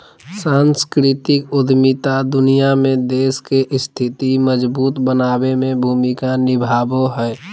सांस्कृतिक उद्यमिता दुनिया में देश के स्थिति मजबूत बनाबे में भूमिका निभाबो हय